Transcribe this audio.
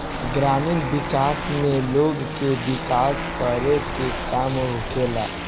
ग्रामीण विकास में लोग के विकास करे के काम होखेला